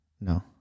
no